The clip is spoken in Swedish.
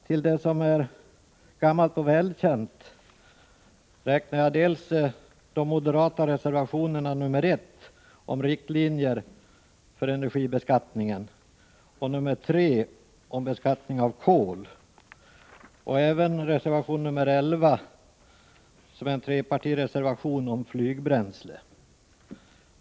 Till det som är gammalt och välkänt räknar jag dels de moderata reservationerna 1 om riktlinjer för energibeskattningen, dels reservation 3 om beskattning av kol, och dels reservation 11 som är en trepartimotion om flygbränsle.